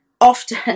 often